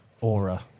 aura